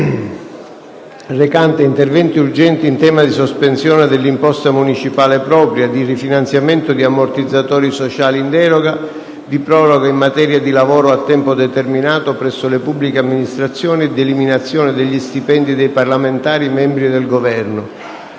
54, recante interventi urgenti in tema di sospensione dell'imposta municipale propria, di rifinanziamento di ammortizzatori sociali in deroga, di proroga in materia di lavoro a tempo determinato presso le pubbliche amministrazioni e di eliminazione degli stipendi dei parlamentari membri del Governo,